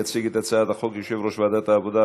יציג את הצעת החוק יושב-ראש ועדת העבודה,